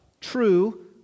True